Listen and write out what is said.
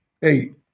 Hey